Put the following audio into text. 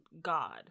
God